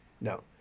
No